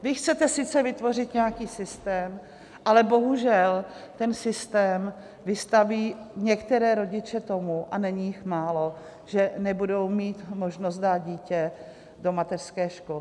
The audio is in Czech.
Vy chcete sice vytvořit nějaký systém, ale bohužel ten systém vystaví některé rodiče tomu a není jich málo že nebudou mít možnost dát dítě do mateřské školy.